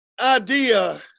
idea